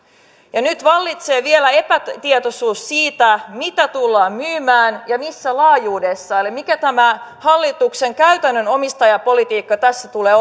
ja nyt vallitsee vielä epätietoisuus siitä mitä tullaan myymään ja missä laajuudessa eli mikä tämä hallituksen käytännön omistajapolitiikka tässä tulee